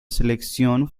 selección